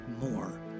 more